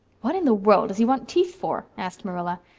what in the world does he want teeth for? asked marilla.